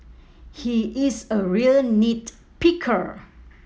he is a real nit picker